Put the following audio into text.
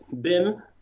BIM